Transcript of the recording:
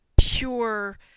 pure